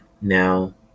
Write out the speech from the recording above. Now